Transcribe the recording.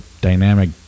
dynamic